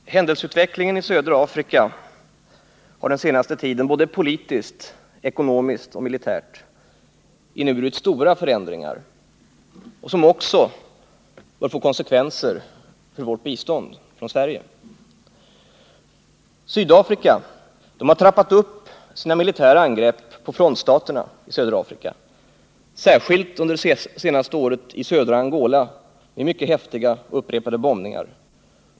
Fru talman! Händelseutvecklingen i södra Afrika har den senaste tiden såväl politiskt som ekonomiskt och militärt inneburit stora förändringar, som också bör få konsekvenser för biståndet från Sverige. Sydafrika har trappat upp sina militära angrepp på frontstaterna, särskilt under det senaste året i södra Angola med mycket häftiga upprepade bombningar.